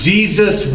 Jesus